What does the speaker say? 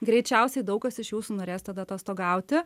greičiausiai daug kas iš jūsų norės tada atostogauti